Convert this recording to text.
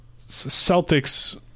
Celtics